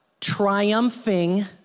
triumphing